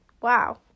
wow